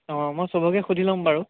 অঁ মই চবকে সুধি লম বাৰু